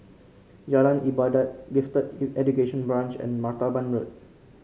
Jalan Ibadat Gifted Education Branch and Martaban Road